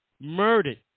murdered